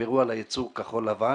שתשמרו על הייצור כחול-לבן